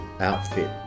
outfit